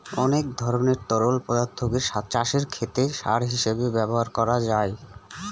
অনেক ধরনের তরল পদার্থকে চাষের ক্ষেতে সার হিসেবে ব্যবহার করা যায়